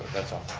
that's all.